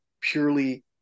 purely